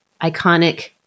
iconic